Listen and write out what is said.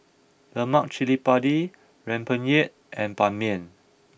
Lemak Cili Padi Rempeyek and Ban Mian